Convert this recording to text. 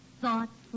thoughtful